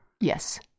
Yes